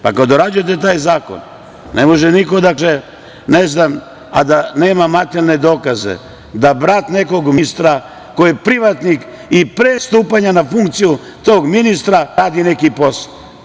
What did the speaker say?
Pa, kada dorađujete taj zakon ne može niko da kaže, ne znam, a da nema materijalne dokaze, da brat nekog ministra koji je privatnik i pre stupanja na funkciju tog ministra radi neki posao.